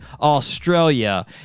Australia